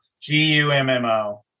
g-u-m-m-o